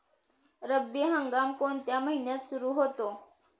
रब्बी हंगाम कोणत्या महिन्यात सुरु होतो?